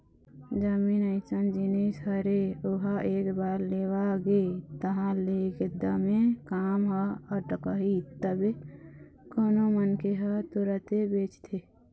जमीन अइसन जिनिस हरे ओहा एक बार लेवा गे तहाँ ले एकदमे काम ह अटकही तभे कोनो मनखे ह तुरते बेचथे